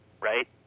right